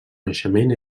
naixement